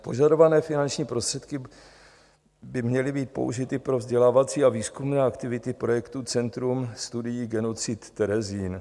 Požadované finanční prostředky by měly být použity pro vzdělávací a výzkumné aktivity projektu Centrum studií genocid Terezín.